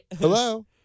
Hello